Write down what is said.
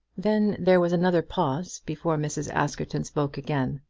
then there was another pause before mrs. askerton spoke again.